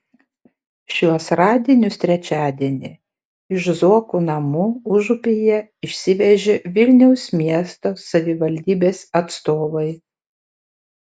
šiuos radinius trečiadienį iš zuokų namų užupyje išsivežė vilniaus miesto savivaldybės atstovai